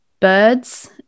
bird's